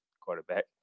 quarterback